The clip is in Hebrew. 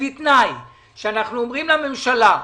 ובתנאי שאנחנו אומרים לממשלה: